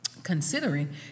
Considering